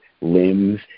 limbs